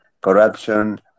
corruption